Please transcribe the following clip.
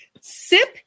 sip